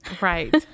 Right